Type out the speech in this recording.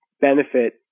benefit